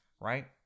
right